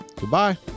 Goodbye